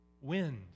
wind